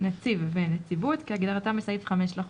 "נציב" ו-"נציבות" כהגדרתם בסעיף 5 לחוק,